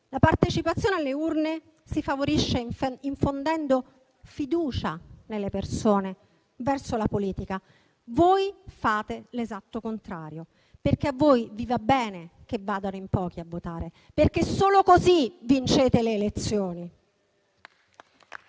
La partecipazione alle urne si favorisce infondendo fiducia nelle persone verso la politica. Voi fate l'esatto contrario, perché vi va bene che vadano in pochi a votare: solo così vincete le elezioni.